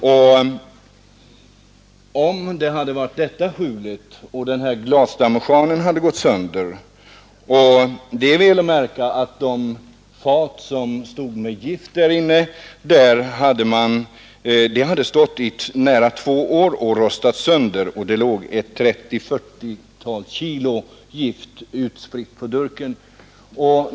Man kan göra sig en föreställning om vad som hade hänt om det i stället hade varit detta skjul som långtradaren kört igenom och glasdamejeannen hade gått sönder. Faten med gift hade stått i detta skjul i nära två år och rostat sönder, och det låg 30—40 kg gift utspritt på durken.